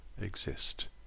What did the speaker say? exist